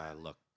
look